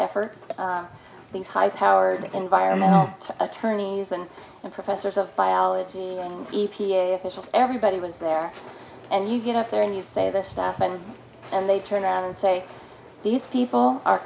effort these high powered environmental attorneys and professors of biology and e p a officials everybody was there and you get up there and you say this stuff and and they turn around and say these people are